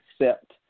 accept